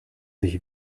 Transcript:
sich